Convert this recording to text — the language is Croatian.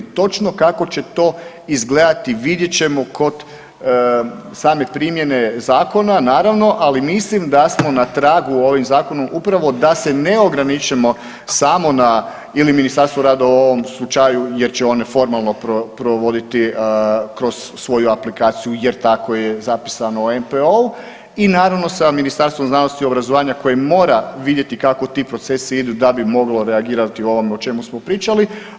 Točno kako će to izgledati vidjet ćemo kod same primjene zakona, naravno ali mislim da smo na tragu ovim zakonom upravo da se ne ograničimo samo na ili Ministarstvo rada u ovom slučaju jer će one formalno provoditi kroz svoju aplikaciju jer tako je napisano u NPO-u i naravno sa Ministarstvom znanosti i obrazovanja koje mora vidjeti kako ti procesi idu da bi moglo reagirati u ovom o čemu smo pričali.